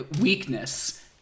weakness